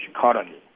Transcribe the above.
colony